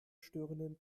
störenden